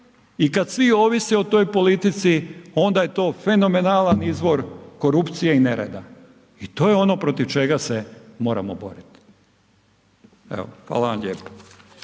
i kad svi ovise o toj politici, onda je to fenomenalan izvor korupcije i nereda. I to je ono protiv čega se moramo boriti. Evo, hvala vam lijepo.